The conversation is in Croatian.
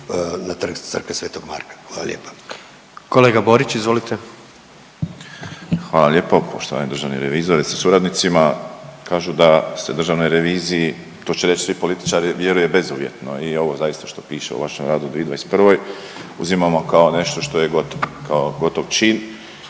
Kolega Borić izvolite. **Borić, Josip (HDZ)** Hvala lijepo. Poštovani državni revizore sa suradnicima, kažu da se državnoj reviziji, to će reć svi političari, vjeruje bezuvjetno i ovo zaista što piše u vašem radu u 2021. uzimamo kao nešto što je gotovo,